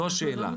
זו השאלה.